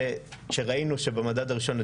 כשראינו שבמדד הראשון,